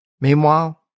Meanwhile